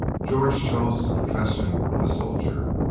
george chose the profession of a soldier.